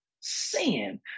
sin